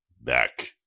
back